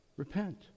repent